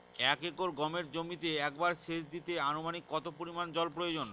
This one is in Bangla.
এক একর গমের জমিতে একবার শেচ দিতে অনুমানিক কত পরিমান জল প্রয়োজন?